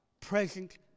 present